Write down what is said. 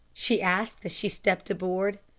she asked as she stepped aboard.